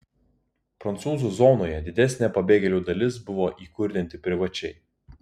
prancūzų zonoje didesnė pabėgėlių dalis buvo įkurdinti privačiai